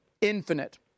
infinite